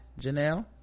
Janelle